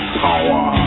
power